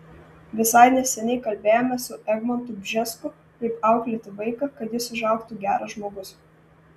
visai neseniai kalbėjome su egmontu bžesku kaip auklėti vaiką kad jis užaugtų geras žmogus